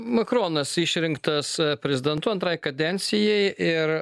makronas išrinktas prezidentu antrai kadencijai ir